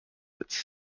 its